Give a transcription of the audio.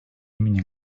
имени